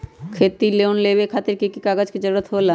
खेती लोन लेबे खातिर की की कागजात के जरूरत होला?